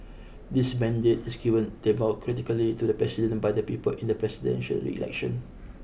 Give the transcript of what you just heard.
this mandate is given democratically to the president by the people in the presidential election